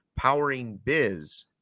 poweringbiz